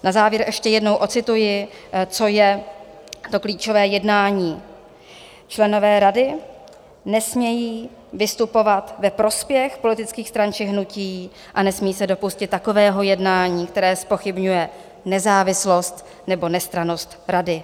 Na závěr ještě jednou odcituji, co je to klíčové jednání: členové Rady nesmějí vystupovat ve prospěch politických stran či hnutí a nesmí se dopustit takového jednání, které zpochybňuje nezávislost nebo nestrannost Rady.